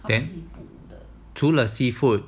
then 除了 seafood